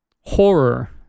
Horror